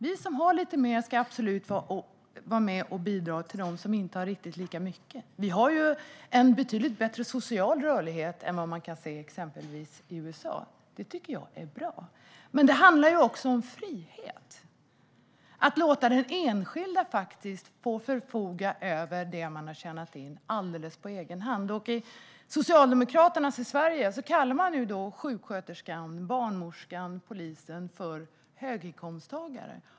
Vi som har lite mer ska absolut vara med och bidra till dem som inte har riktigt lika mycket. Vi har en betydligt bättre social rörlighet än vad man kan se i exempelvis USA. Det tycker jag är bra. Men det handlar också om frihet och att låta den enskilde förfoga över det som den har tjänat in alldeles på egen hand. I Socialdemokraternas Sverige kallar man sjuksköterskan, barnmorskan och polisen för höginkomsttagare.